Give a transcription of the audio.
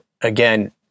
again